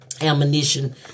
ammunition